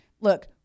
look